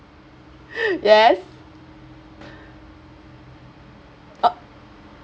yes oo